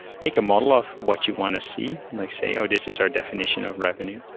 make a model of what you want to see, and they say, oh! this is our definition of revenue.